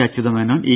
Achutha Menon E